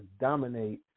dominate